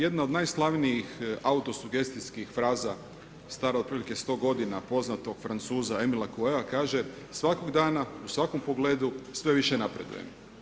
Jedna od naslavnijih autosugestijskih fraza stara otprilike sto godina poznatog Francuza Emila Kuea kaže svakog dana u svakom pogledu sve više napreduje.